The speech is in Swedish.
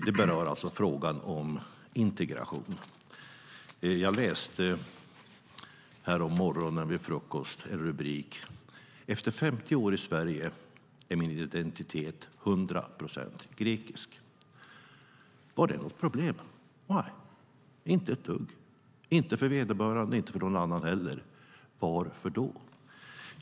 Den berör alltså frågan om integration. Jag läste härommorgonen vid frukost en rubrik som löd: "Efter 50 år i Sverige är min identitet 100 procent grekisk". Var det något problem? Nej, inte ett dugg - inte för vederbörande och inte för någon annan heller. Varför?